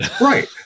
Right